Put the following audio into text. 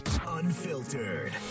Unfiltered